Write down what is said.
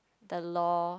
the law